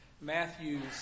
Matthew's